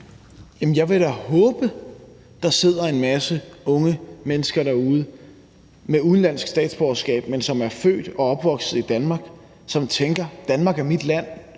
Jeg vil da håbe, at der sidder en masse unge mennesker derude med udenlandsk statsborgerskab, men som er født og opvokset i Danmark, som tænker: Danmark er mit land.